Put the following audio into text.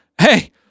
hey